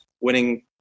winning